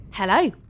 Hello